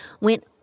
went